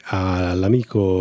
all'amico